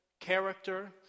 character